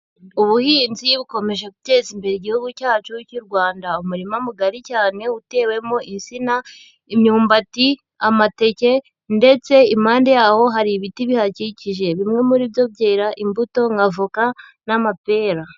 Ubuhinzi bukomeje guteza imbere Igihugu cyacu cy'u Rwanda, umurima mugari cyane utewemo insina, imyumbati, amateke ndetse impande yawo hari ibiti bihakikije, bimwe muri byo byera imbuto nka voka n'amapera.